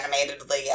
animatedly